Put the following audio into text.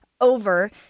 over